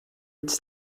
its